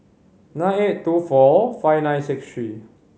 nine eight two four five nine six three